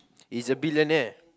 is a billionaire